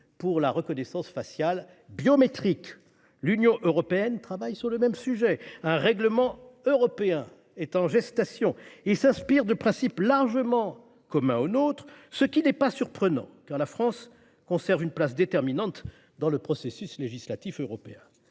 pour la reconnaissance faciale biométrique. L'Union européenne travaille sur le même sujet. Un règlement européen est en gestation. Il s'inspire de principes largement communs aux nôtres, ce qui n'est pas surprenant, car la France conserve une place déterminante dans le processus législatif européen.